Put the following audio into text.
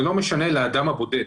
זה לא משנה לאדם הבודד.